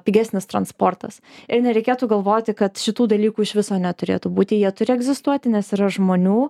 pigesnis transportas ir nereikėtų galvoti kad šitų dalykų iš viso neturėtų būti jie turi egzistuoti nes yra žmonių